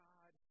God